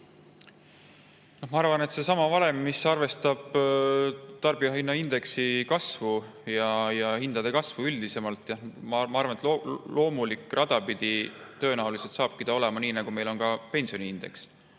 Ma arvan, et see oleks seesama valem, mis arvestab tarbijahinnaindeksi kasvu ja hindade kasvu üldisemalt. Ma arvan, et loomulikku rada pidi tõenäoliselt saabki see olema nii, nagu meil on ka pensioniindeks.